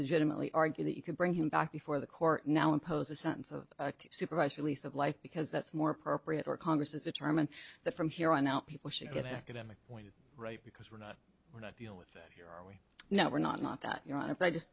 legitimately argue that you could bring him back before the court now impose a sentence of supervised release of life because that's more appropriate or congress's determine that from here on out people should get an academic point right because we're not we're not dealing with no we're not not that you're on it but i just